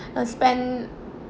uh spend